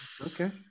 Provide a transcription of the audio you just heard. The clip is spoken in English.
Okay